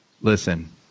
Listen